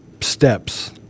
steps